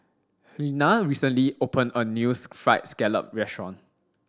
Helena recently opened a new fried scallop restaurant